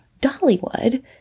Dollywood